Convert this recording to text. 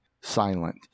silent